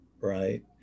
right